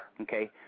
Okay